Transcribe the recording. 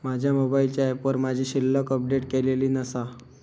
माझ्या मोबाईलच्या ऍपवर माझी शिल्लक अपडेट केलेली नसा